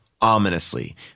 ominously